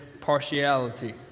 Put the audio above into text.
partiality